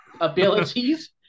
abilities